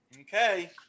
Okay